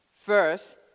First